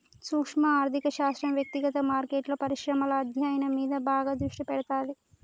సూక్శ్మ ఆర్థిక శాస్త్రం వ్యక్తిగత మార్కెట్లు, పరిశ్రమల అధ్యయనం మీద బాగా దృష్టి పెడతాది